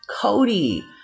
Cody